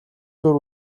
дүр